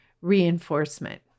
reinforcement